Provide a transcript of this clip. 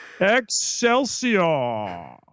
Excelsior